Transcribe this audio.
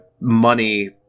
money